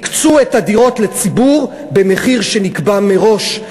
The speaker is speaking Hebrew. הקצו את הדירות לציבור במחיר שנקבע מראש.